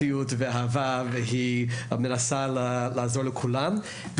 והיא מנסה לעזור לכולם עם אהבה ואכפתיות.